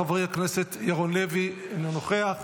חבר הכנסת יריב לוין, אינו נוכח,